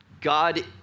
God